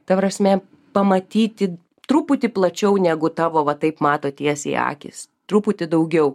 ta prasme pamatyti truputį plačiau negu tavo va taip mato tiesiai akys truputį daugiau